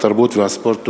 התרבות והספורט.